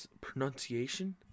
pronunciation